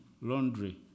laundry